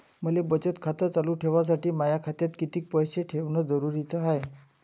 मले बचत खातं चालू ठेवासाठी माया खात्यात कितीक पैसे ठेवण जरुरीच हाय?